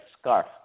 SCARF